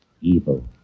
Evil